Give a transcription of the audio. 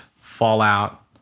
fallout